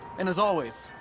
and as always,